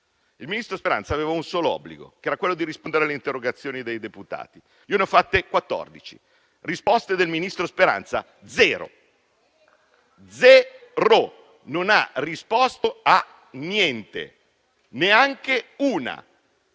Il ministro Speranza aveva un solo obbligo: quello di rispondere alle interrogazioni dei deputati. Io ne ho fatte quattordici. Risposte del ministro Speranza: zero. Non ha risposto a niente, neanche a una.